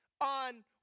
on